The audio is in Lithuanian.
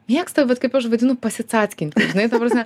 mėgsta vat kaip aš vadinu pasicackinti žinai ta prasme